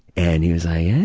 and he was ah yeah